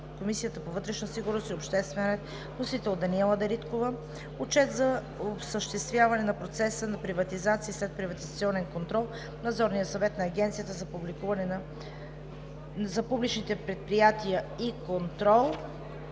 Комисията по вътрешна сигурност и обществен ред. Вносител е Даниела Дариткова. Отчет за осъществяване на процеса на приватизация и следприватизационен контрол на Надзорния съвет на Агенцията за публичните предприятия и контрол.